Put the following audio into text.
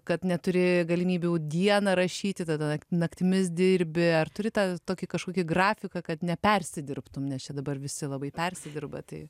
kad neturi galimybių dieną rašyti tada naktimis dirbi ar turi tą kažkokį grafiką kad nepersidirbtum nes čia dabar visi labai persidirba tai